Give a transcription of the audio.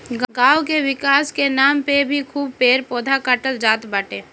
गांव के विकास के नाम पे भी खूब पेड़ पौधा काटल जात बाटे